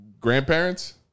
grandparents